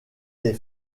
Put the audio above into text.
les